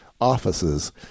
offices